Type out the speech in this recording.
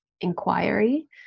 inquiry